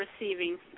receiving